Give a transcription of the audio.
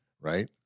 Right